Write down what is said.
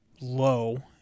low